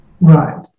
Right